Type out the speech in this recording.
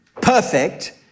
perfect